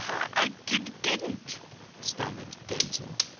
i did-didn't, stammered denzil.